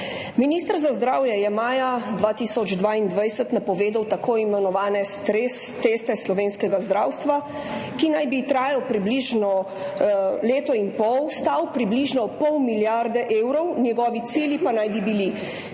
Minister za zdravje je maja 2022 napovedal tako imenovane stresne teste slovenskega zdravstva, ki naj bi trajali približno leto in pol, stali približno pol milijarde evrov, njihovi cilji pa naj bi bili